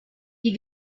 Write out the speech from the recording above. die